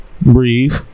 Breathe